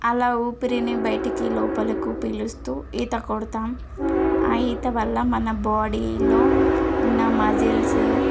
అలా ఊపిరిని బయటికి లోపలకు పీలుస్తూ ఈత కొడతాం ఆ ఈత వల్ల మన బాడీలో ఉన్న మజిల్స్